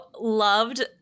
loved